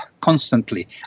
constantly